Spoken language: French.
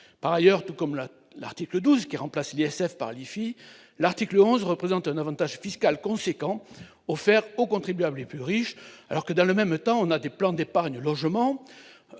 Par ailleurs, tout comme l'article 12 qui remplace l'ISF par l'IFI, l'article 11 offre un avantage fiscal substantiel aux contribuables les plus riches, alors que, dans le même temps, les plans d'épargne logement,